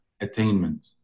attainment